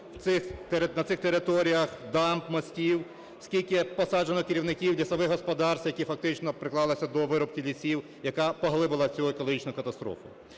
на цих територіях дамб, мостів, скільки посаджено керівників лісових господарств, які фактично приклалися до вирубки лісів, яка поглибила цю екологічну катастрофу.